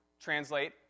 translate